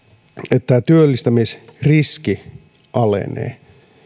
että työllistämisriski alenee